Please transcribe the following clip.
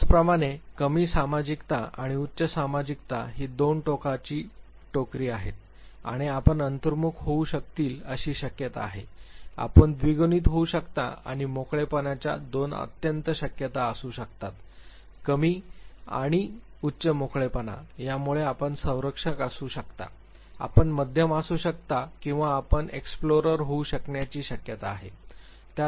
त्याचप्रमाणे कमी सामाजिकता आणि उच्च सामाजिकता ही दोन टोकाची टोकरी आहेत आणि आपण अंतर्मुख होऊ शकतील अशी शक्यता आहे आपण द्विगुणित होऊ शकता आणि मोकळेपणाच्या दोन अत्यंत शक्यता असू शकतात कमी आणि उच्च मोकळेपणा त्यामुळे आपण संरक्षक असू शकतात आपण मध्यम असू शकता किंवा आपण एक्सप्लोरर होऊ शकण्याची शक्यता आहे